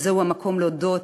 וזה המקום להודות,